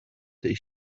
tej